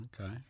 Okay